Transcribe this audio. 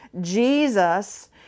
Jesus